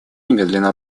немедленно